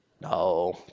No